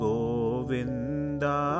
Govinda